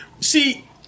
See